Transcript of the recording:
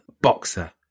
boxer